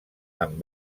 amb